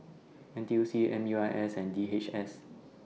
N T U C M U I S and D H S